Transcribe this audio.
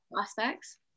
aspects